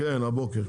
כן, הבוקר.